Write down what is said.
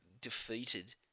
defeated